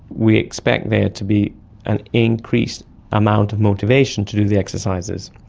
we expect there to be an increased amount of motivation to do the exercises.